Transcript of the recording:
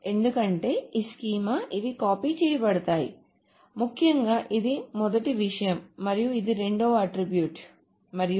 ఎందుకంటే ఈ స్కీమా ఇవి కాపీ చేయబడతాయి ముఖ్యంగా ఇది మొదటి విషయం మరియు ఇది రెండవ అట్ట్రిబ్యూట్ మరియు